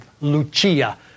Lucia